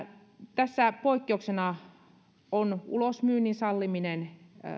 tässä poikkeuksena on ulosmyynnin salliminen